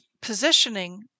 positioning